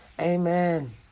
Amen